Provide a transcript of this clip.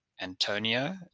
Antonio